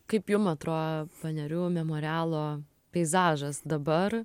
kaip jum atrodo panerių memorialo peizažas dabar